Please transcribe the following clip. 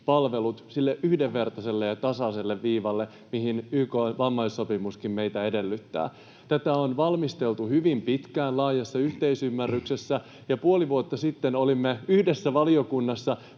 palvelut sille yhdenvertaiselle ja tasaiselle viivalle, mihin YK:n vammaissopimuskin meitä edellyttää. Tätä on valmisteltu hyvin pitkään laajassa yhteisymmärryksessä, ja puoli vuotta sitten olimme yhdessä valiokunnassa